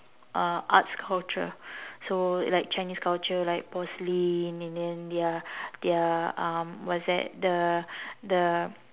uh arts culture so like chinese culture like porcelain and then their their um what's that the the